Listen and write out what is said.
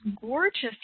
gorgeous